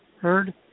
heard